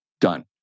Done